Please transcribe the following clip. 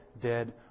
dead